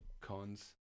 cons